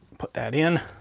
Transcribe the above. put that in.